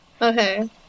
Okay